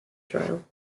trial